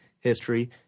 history